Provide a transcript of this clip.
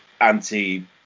anti